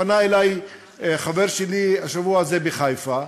פנה אלי השבוע הזה חבר שלי בחיפה.